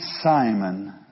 Simon